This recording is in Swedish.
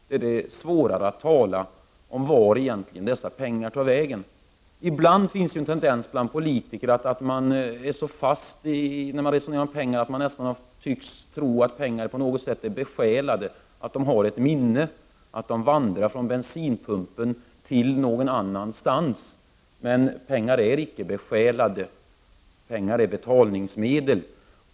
Då är det svårare att veta exakt vart dessa pengar tar vägen. Ibland finns det en tendens bland politiker att vara så fasta när de talar om pengar att de tycks tro att pengar på något sätt är besjälade, att de har ett minne, att de vandrar från bensinpumpen vidare någon annanstans. Men pengar är icke besjälade, pengar är betalningsmedel.